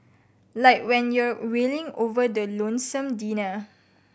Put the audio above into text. like when you're wailing over the lonesome dinner